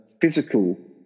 physical